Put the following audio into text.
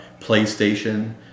PlayStation